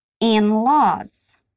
In-laws